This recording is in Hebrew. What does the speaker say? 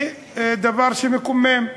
היא דבר מקומם.